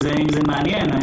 אם זה מעניין.